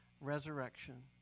resurrection